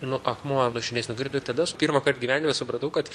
nu akmuo nuo širdies nukrito ir tada su pirmąkart gyvenime supratau kad